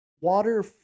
water